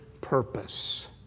purpose